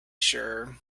sure